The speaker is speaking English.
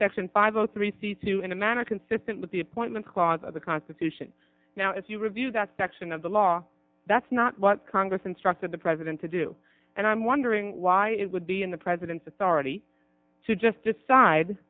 in five zero three season two in a manner consistent with the appointment clause of the constitution now if you review that section of the law that's not what congress instructed the president to do and i'm wondering why it would be in the president's authority to just decide